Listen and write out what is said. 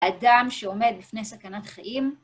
אדם שעומד בפני סכנת חיים...